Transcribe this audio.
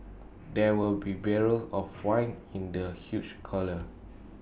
there were be barrels of wine in the huge cellar